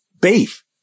beef